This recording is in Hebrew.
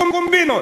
קומבינות.